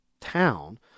town